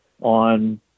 on